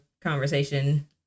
conversation